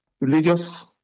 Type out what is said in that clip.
religious